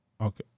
Okay